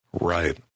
Right